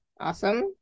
Awesome